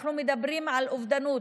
אנחנו מדברים על אובדנות,